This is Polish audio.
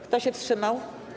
Kto się wstrzymał?